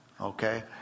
Okay